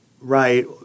right